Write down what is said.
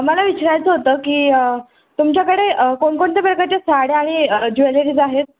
मला विचारायचं होतं की तुमच्याकडे कोणकोणत्या प्रकारच्या साड्या आणि ज्वेलरीज आहेत